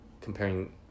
comparing